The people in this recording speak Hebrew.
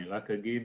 אני רק אגיד